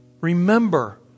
Remember